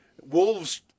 Wolves